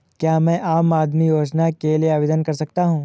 क्या मैं आम आदमी योजना के लिए आवेदन कर सकता हूँ?